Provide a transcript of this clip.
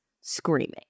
screaming